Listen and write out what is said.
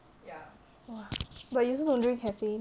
!wah! but you also don't drink caffeine